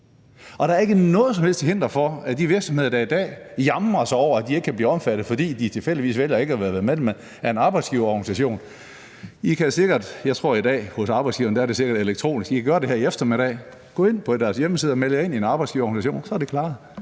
og der er ikke noget som helst til hinder for, at de virksomheder, der i dag jamrer sig over, at de kan ikke blive omfattet, fordi de tilfældigvis har valgt ikke at være medlem af en arbejdsgiverorganisation, sikkert kan gøre det elektronisk. De kan gå ind på en hjemmeside her i eftermiddag og melde sig ind i en arbejdsgiverorganisation – så er det klaret.